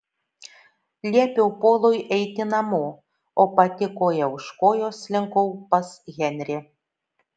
liepiau polui eiti namo o pati koja už kojos slinkau pas henrį